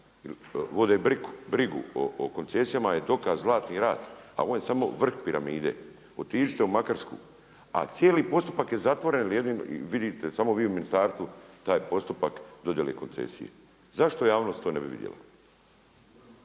vode brigu o koncesijama je dokaz Zlatni rat, a ovo je samo vrh piramide. Otiđite u Makarsku, a cijeli postupak je zatvoren, vidite samo vi u Ministarstvu taj postupak dodjele koncesije. Zašto javnost to ne bi vidjela?